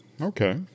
Okay